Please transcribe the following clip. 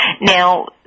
Now